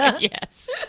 Yes